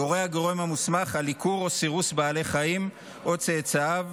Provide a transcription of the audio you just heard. יורה הגורם המוסמך על עיקור או סירוס בעל החיים או צאצאיו,